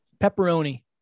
Pepperoni